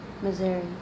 Missouri